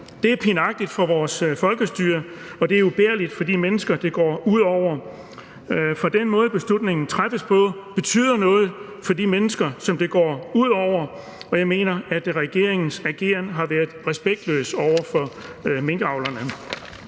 Det er pinagtigt for vores folkestyre, og det er ubærligt for de mennesker, det går ud over, for den måde, beslutningen træffes på, betyder noget for de mennesker, det går ud over. Og jeg mener, at regeringens ageren har været respektløs over for minkavlerne.